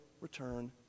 return